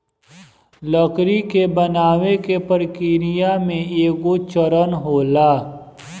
लकड़ी के बनावे के प्रक्रिया में एगो चरण होला